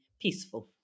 peaceful